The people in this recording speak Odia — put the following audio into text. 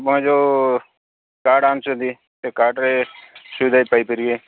ଆପଣ ଯେଉଁ କାର୍ଡ଼ ଆଣୁଛନ୍ତି ସେ କାର୍ଡ଼ରେ ସୁବିଧା ବି ପାଇପାରିବେ